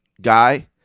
guy